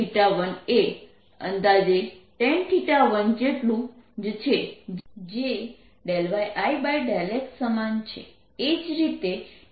1એ અંદાજેtan 1 જેટલું જ છે જે yI∂x સમાન છે